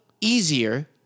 easier